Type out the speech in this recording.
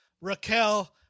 Raquel